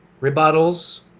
rebuttals